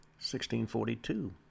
1642